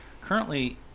Currently